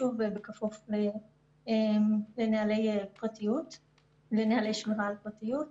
שוב, בכפוף לנוהלי שמירה על פרטיות.